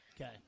Okay